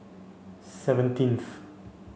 seventeenth